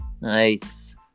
Nice